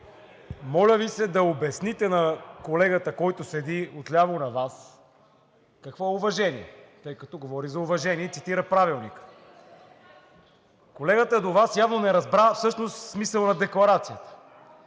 моля Ви да обясните на колегата, който седи отляво на Вас, какво е уважение, тъй като говори за уважение и цитира Правилника. Колегата до Вас явно не разбра всъщност смисъла на декларацията.